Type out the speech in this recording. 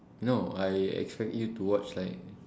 no I expect you to watch like